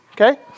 okay